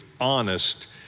honest